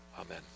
Amen